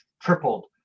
tripled